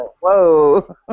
whoa